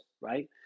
right